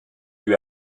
lui